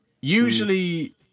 usually